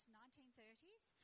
1930s